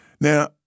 Now